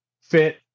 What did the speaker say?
fit